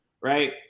right